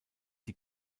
die